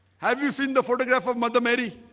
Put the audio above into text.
have you seen the photograph of mother mary?